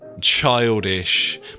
childish